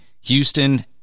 Houston